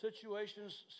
situations